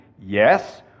Yes